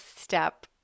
step